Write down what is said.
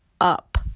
up